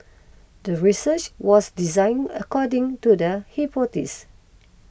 the research was design according to the hypothesis